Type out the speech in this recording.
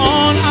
on